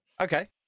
Okay